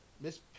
Miss